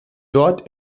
dort